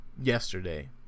yesterday